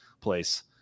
place